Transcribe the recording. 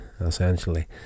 essentially